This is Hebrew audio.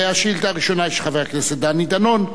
והשאילתא הראשונה היא של חבר הכנסת דני דנון,